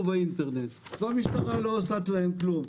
באינטרנט והמשטרה לא עושה להם כלום.